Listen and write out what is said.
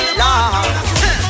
love